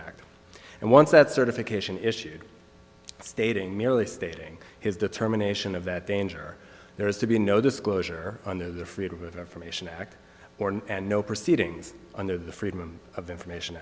act and once that certification issued stating merely stating his determination of that danger there is to be no disclosure on the freedom of information act born and no proceedings under the freedom of information